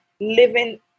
living